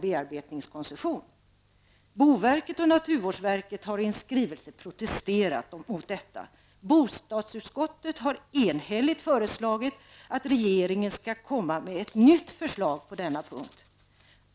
Boverket och naturvårdsverket har i en skrivelse protesterat mot detta. Bostadsutskottet har enhälligt föreslagit att regeringen skall komma med ett nytt förslag på denna punkt.